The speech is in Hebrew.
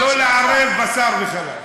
לא לערב בשר וחלב.